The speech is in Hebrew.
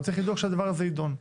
הוא צריך לדאוג שהדבר הזה ידון.